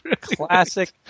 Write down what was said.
Classic